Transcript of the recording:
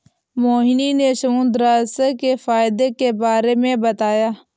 मोहिनी ने समुद्रघास्य के फ़ायदे के बारे में बताया